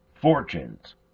fortunes